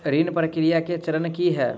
ऋण प्रक्रिया केँ चरण की है?